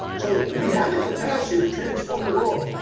so we have the capacity to transform the world,